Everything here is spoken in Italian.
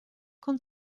con